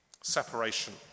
Separation